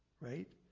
right